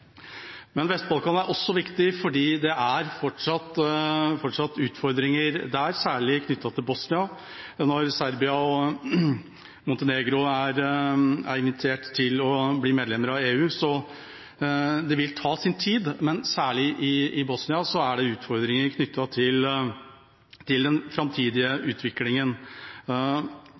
Men Vest-Balkan er også viktig fordi det fortsatt er utfordringer der, særlig knyttet til Bosnia når Serbia og Montenegro er invitert til å bli medlemmer av EU. Det vil ta sin tid. Særlig i Bosnia er det utfordringer knyttet til den framtidige utviklingen,